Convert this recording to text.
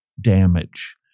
damage